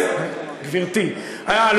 הייתה חתומה.